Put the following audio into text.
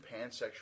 pansexual